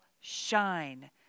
shine